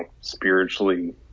spiritually